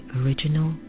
original